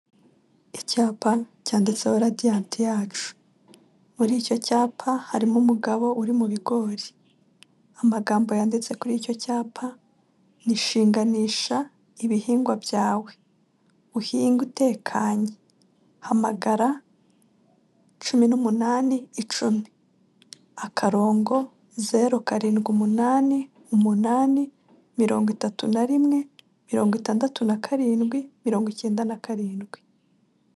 Icyapa cyanditseho radiyanti yacu, muri icyo cyapa harimo umugabo uri mu bigori, amagambo yanditse kuri icyo cyapa ni shinganisha ibihingwa byawe, uhinga utekanye hamagara cumi n'umunani icumi akarongo zero karindwi umunani umunani mirongo itatu na rimwe mirongo itandatu na karindwi mirongo icyenda na karindwi.